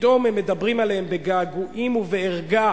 פתאום הם מדברים עליהם בגעגועים ובערגה.